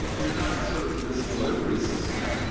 you're you're not sort of this delivery system.